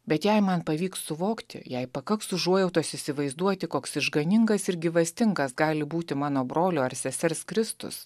bet jei man pavyks suvokti jei pakaks užuojautos įsivaizduoti koks išganingas ir gyvastingas gali būti mano brolio ar sesers kristus